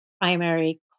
primary